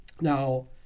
Now